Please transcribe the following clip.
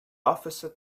officer